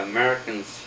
Americans